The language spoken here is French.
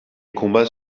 combats